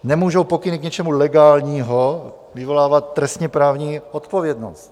Nemůžou pokyny k něčemu legálnímu vyvolávat trestněprávní odpovědnost.